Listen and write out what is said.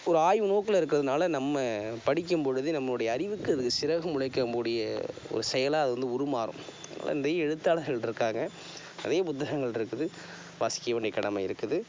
ஒரு ஆய்வு நோக்கில் இருக்கிறதுனால நம்ம படிக்கும்பொழுது நம்முடைய அறிவுக்கு அது சிறகு முளைக்கும் கூடிய ஒரு செயலாக அது வந்து உருமாறும் அந்த எழுத்தாளர்கள் இருக்காங்க அதே புத்தகங்கள் இருக்குது வாசிக்க வேண்டிய கடமை இருக்குது